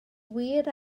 wir